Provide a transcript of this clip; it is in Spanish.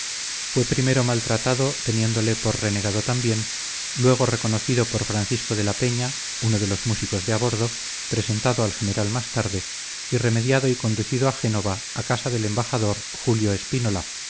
fue primero maltratado teniéndole por renegado también luego reconocido por francisco de la peña uno de los músicos de a bordo presentado al general más tarde y remediado y conducido a génova a casa del embajador julio espínola